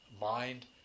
mind